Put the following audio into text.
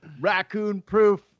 raccoon-proof